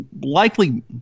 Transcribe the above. likely –